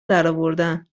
درآوردن